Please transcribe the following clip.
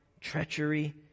Treachery